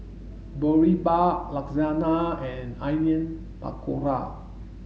Boribap Lasagna and Onion Pakora